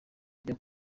ajya